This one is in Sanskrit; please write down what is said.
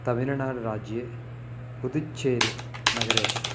तमिल्नाडुराज्ये पुदुच्चेरिनगरे अस्ति